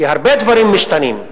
כי הרבה דברים משתנים,